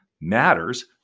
matters